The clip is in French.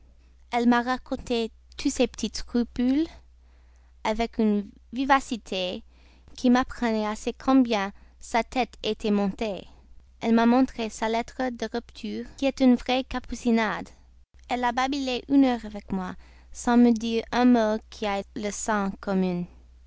elle m'a raconté tous ses petits scrupules avec une vivacité qui m'apprenait assez combien sa tête était montée elle m'a montré sa lettre de rupture qui est une vraie capucinade elle a babillé une heure avec moi sans me dire un mot qui ait le sens commun